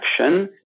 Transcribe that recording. action